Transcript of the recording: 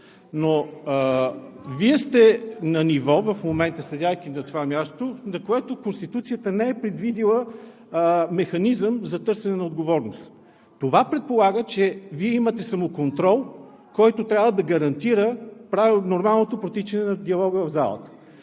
но Вие сте на ниво в момента, седейки на това място, за което Конституцията не е предвидила механизъм за търсене на отговорност. Това предполага, че Вие имате самоконтрол, който трябва да гарантира нормалното протичане на диалога в залата.